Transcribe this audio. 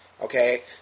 Okay